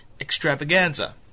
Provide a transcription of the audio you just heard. extravaganza